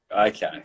Okay